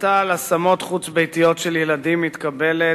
ההחלטה על השמות חוץ-ביתיות של ילדים מתקבלת